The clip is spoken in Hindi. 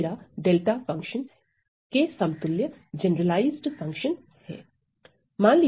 यह मेरा डेल्टा फंक्शन के समतुल्य जनरलाइज्ड फंक्शन है